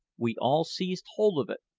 we all seized hold of it,